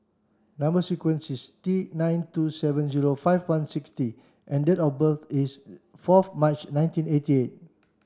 number sequence is T nine two seven zero five one six T and date of birth is fourth March nineteen eighty eight